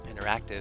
interactive